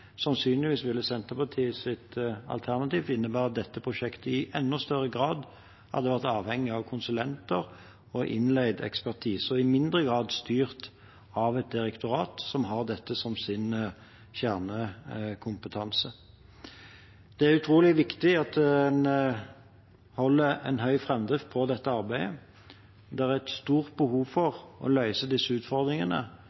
sannsynligvis ville Senterpartiets alternativ ha innebåret at dette prosjektet i enda større grad hadde vært avhengig av konsulenter og innleid ekspertise, og i mindre grad vært styrt av et direktorat som har det som sin kjernekompetanse. Det er utrolig viktig at en holder en høy framdrift i dette arbeidet. Det er stort behov